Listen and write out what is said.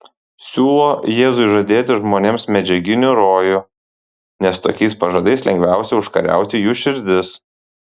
siūlo jėzui žadėti žmonėms medžiaginį rojų nes tokiais pažadais lengviausia užkariauti jų širdis